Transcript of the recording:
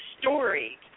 story